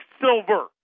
silver